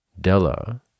Della